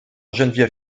geneviève